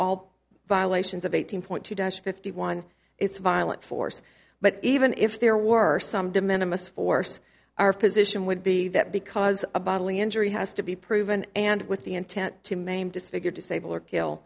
all violations of eighteen point two dash fifty one it's violent force but even if there were some de minimus force our position would be that because a bodily injury has to be proven and with the intent to maim disfigure disable or